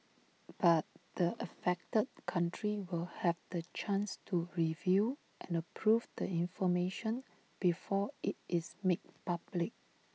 but the affected country will have the chance to review and approve the information before IT is made public